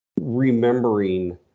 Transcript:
remembering